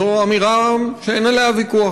זו אמירה שאין עליה ויכוח,